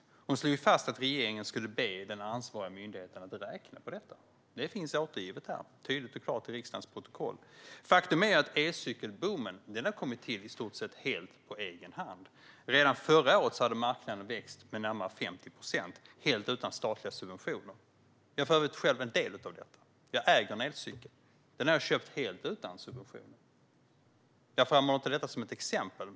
Hon slog fast att regeringen skulle be den ansvariga myndigheten att räkna på det. Det finns återgivet tydligt och klart i riksdagens protokoll. Faktum är att ecykelboomen har kommit till i stort sett helt på egen hand. Redan förra året hade marknaden växt med närmare 50 procent helt utan statliga subventioner. Jag är för övrigt själv en del av detta. Jag äger en elcykel. Den har jag köpt helt utan subventioner. Jag framhåller inte det som ett exempel.